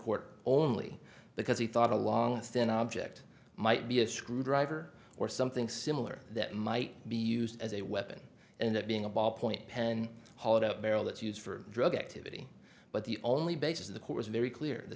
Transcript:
court only because he thought a long thin object might be a screwdriver or something similar that might be used as a weapon and that being a ballpoint pen hollowed out barrel that's used for drug activity but the only basis of the court is very clear t